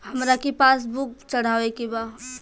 हमरा के पास बुक चढ़ावे के बा?